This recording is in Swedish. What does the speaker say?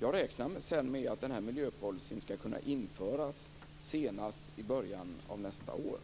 Jag räknar med att den här miljöpolicyn skall kunna införas senast i början av nästa år.